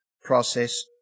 process